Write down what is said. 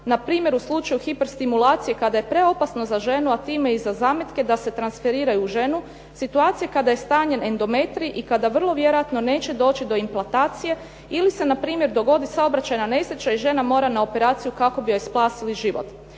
Na primjer u slučaju hiperstimulacije kada je preopasno za ženu, a time i za zametke da se transferiraju u ženu, situacija kada je stanje endometrij i kada vrlo vjerojatno neće doći do inplantacije ili se na primjer dogodi saobraćajna nesreća i žena mora na operaciju kako bi joj spasili život.